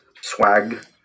swag